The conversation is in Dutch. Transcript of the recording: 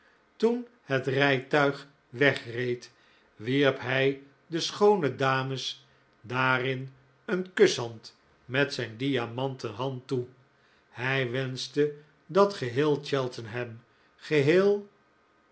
toen het rijtuig wegreed wierp hij de schoone dames daarin een kushand met zijn diamanten hand toe hij wenschte dat geheel cheltenham geheel